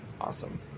Awesome